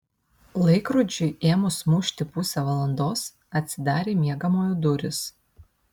laikrodžiui ėmus mušti pusę valandos atsidarė miegamojo durys